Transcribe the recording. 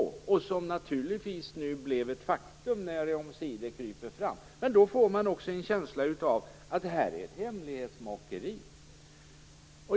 Den blev nu ett faktum när det hela omsider kryper fram. Man får också en känsla av att det rör sig om ett hemlighetsmakeri.